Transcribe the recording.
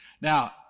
Now